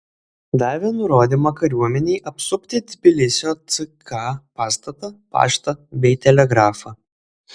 davė nurodymą kariuomenei apsupti tbilisio ck pastatą paštą bei telegrafą